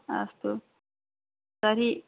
अस्तु तर्हि